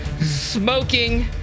smoking